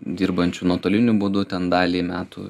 dirbančių nuotoliniu būdu ten dalį metų